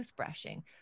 toothbrushing